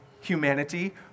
humanity